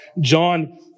John